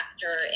factor